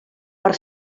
per